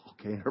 okay